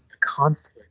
conflict